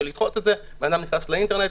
לדחות את זה - אדם נכנס לאינטרנט,